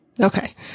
okay